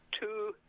two